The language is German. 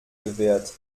gewährt